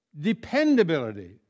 Dependability